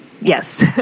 Yes